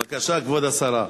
בבקשה, כבוד השרה.